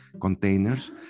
containers